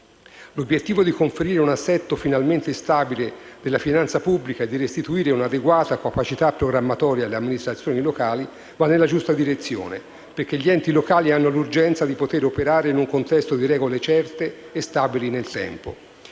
L'obiettivo di conferire un assetto finalmente stabile della finanza pubblica e di restituire un'adeguata capacità programmatoria alle amministrazioni locali va nella giusta direzione, perché gli enti locali hanno l'urgenza di poter operare in un contesto di regole certe e stabili nel tempo.